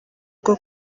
bwo